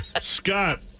Scott